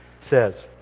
says